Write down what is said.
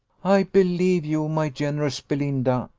i believe you, my generous belinda!